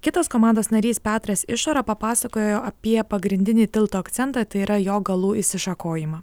kitos komandos narys petras išora papasakojo apie pagrindinį tilto akcentą tai yra jo galų išsišakojimą